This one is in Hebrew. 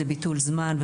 זה ביטול זמן,